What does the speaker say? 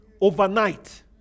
overnight